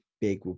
big